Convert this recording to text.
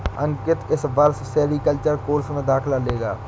अंकित इस वर्ष sericulture course में दाखिला लेगा